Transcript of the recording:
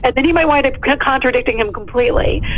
and then you may wind up contradicting him completely,